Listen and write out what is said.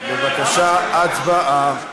בבקשה, הצבעה.